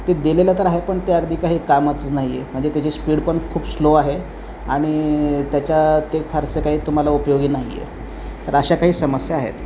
ते दिलेलं तर आहे पण ते अगदी काही कामाच नाही आहे म्हणजे त्याची स्पीड पण खूप स्लो आहे आणि त्याच्या ते फारसे काही तुम्हाला उपयोगी नाही आहे तर अशा काही समस्या आहेत